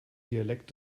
dialekt